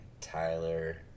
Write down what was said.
tyler